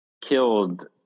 killed